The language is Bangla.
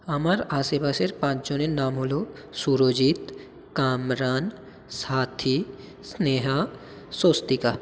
আমার আশেপাশের পাঁচজনের নাম হল সুরজিৎ কামরান সাথী স্নেহা স্বস্তিকা